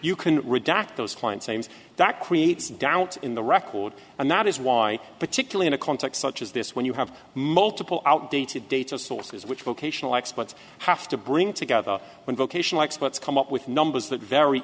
you can redact those clients names that creates doubt in the record and that is why particularly in a context such as this when you have multiple outdated data sources which vocational experts have to bring together when vocational experts come up with numbers that vary